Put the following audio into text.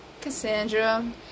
Cassandra